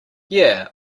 yeah